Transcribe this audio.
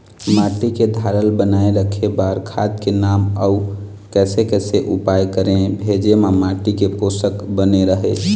माटी के धारल बनाए रखे बार खाद के नाम अउ कैसे कैसे उपाय करें भेजे मा माटी के पोषक बने रहे?